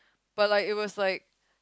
but like it was like